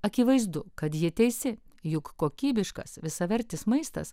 akivaizdu kad ji teisi juk kokybiškas visavertis maistas